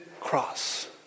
cross